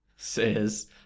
says